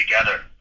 together